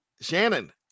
shannon